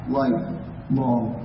lifelong